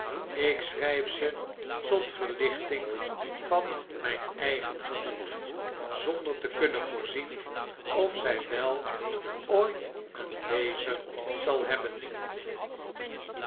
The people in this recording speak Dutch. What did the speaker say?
ik schrijf ze tot verlichting van mgn eigen gemoed zonder te kunnen voorzien of zg wel ooit een lezer zal hebben